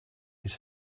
his